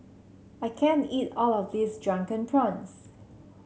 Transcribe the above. I can't eat all of this Drunken Prawns